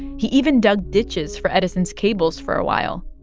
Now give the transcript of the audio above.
he even dug ditches for edison's cables for a while.